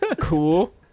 Cool